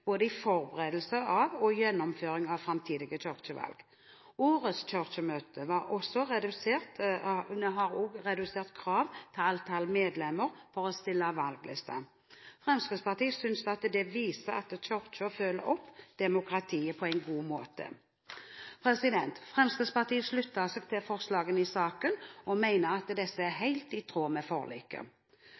både i forberedelse av og i gjennomføring av framtidige kirkevalg. Årets Kirkemøte har også redusert krav til antall medlemmer for å stille valgliste. Fremskrittspartiet synes det viser at Kirken følger opp demokratiet på en god måte. Fremskrittspartiet slutter seg til forslagene i saken og mener at disse er helt i tråd med forliket.